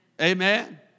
Amen